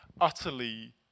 Utterly